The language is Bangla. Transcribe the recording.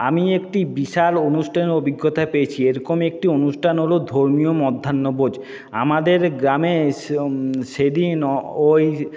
আমি একটি বিশাল অনুষ্ঠানের অভিজ্ঞতা পেয়েছি এরকম একটি অনুষ্ঠান হলো ধর্মীয় মধ্যাহ্ন ভোজ আমাদের গ্রামে সেদিন ওই